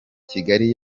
kigali